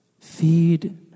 feed